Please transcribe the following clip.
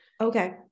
Okay